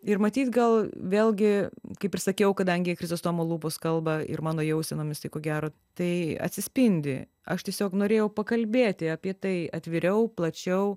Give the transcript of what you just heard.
ir matyt gal vėlgi kaip ir sakiau kadangi chrizostomo lūpos kalba ir mano jausenomis tai ko gero tai atsispindi aš tiesiog norėjau pakalbėti apie tai atviriau plačiau